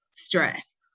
stress